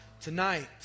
Tonight